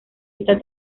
esta